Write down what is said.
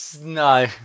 No